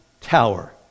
tower